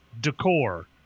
decor